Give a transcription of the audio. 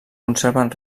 conserven